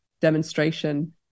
demonstration